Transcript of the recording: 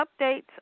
updates